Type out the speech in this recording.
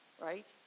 right